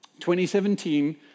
2017